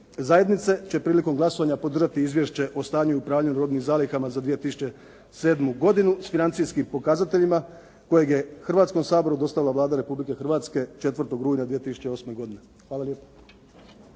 zajednice će prilikom glasovanja podržati Izvješće o stanju i upravljanju robnim zalihama za 2007. godinu s financijskim pokazateljima kojeg je Hrvatskom saboru dostavila Vlada Republike Hrvatske 4. rujna 2008. godine. Hvala lijepo.